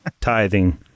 tithing